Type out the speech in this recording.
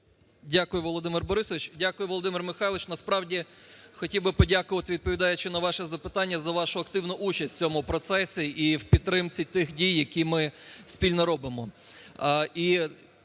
Дякую, Володимир Борисович. Дякую, Володимир Михайлович. Насправді хотів би подякувати, відповідаючи на ваше запитання, за вашу активну участь в цьому процесі і в підтримці тих дій, які ми спільно робимо,